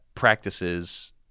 practices